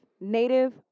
Native